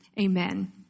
Amen